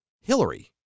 Hillary